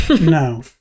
No